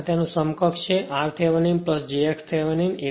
તેથી તેનું સમકક્ષ છે r Thevenin j x Thevenin